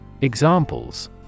Examples